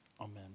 Amen